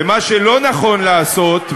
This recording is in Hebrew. ומה שלא נכון לעשות,